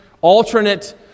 alternate